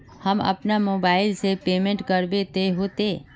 हम अपना मोबाईल से पेमेंट करबे ते होते?